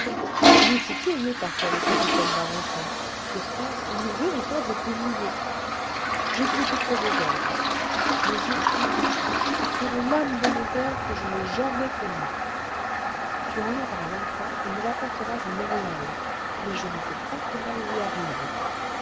il était curieux parfois le capitaine larençon sur terre une véritable poule mouillée j'exécuterai vos ordres me jures tu sur l'âme de mon père que je n'ai jamais connu tu enlèveras l'enfant et me l'apporteras à montréal mais je ne veux pas que mal lui arrive